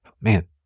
Man